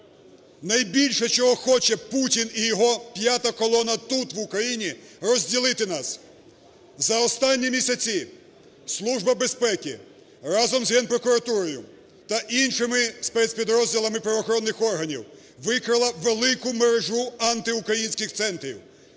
Найбільше, чого хоче Путін і його п'ята колона тут в Україні - розділити нас. За останні місяці Служба безпеки разом з Генпрокуратурою та іншими спецпідрозділами правоохоронних органів викрила велику мережу антиукраїнських центрів